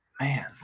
Man